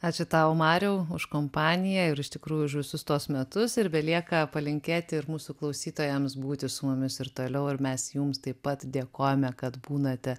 ačiū tau mariau už kompaniją ir iš tikrųjų už visus tuos metus ir belieka palinkėti ir mūsų klausytojams būti su mumis ir toliau ir mes jums taip pat dėkojame kad būnate